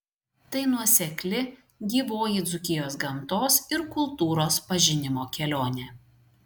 tai nuosekli gyvoji dzūkijos gamtos ir kultūros pažinimo kelionė